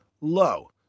low